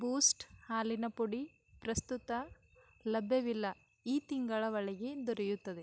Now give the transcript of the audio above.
ಬೂಸ್ಟ್ ಹಾಲಿನ ಪುಡಿ ಪ್ರಸ್ತುತ ಲಭ್ಯವಿಲ್ಲ ಈ ತಿಂಗಳ ಒಳಗೆ ದೊರೆಯುತ್ತದೆ